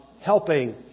helping